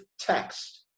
text